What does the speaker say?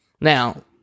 Now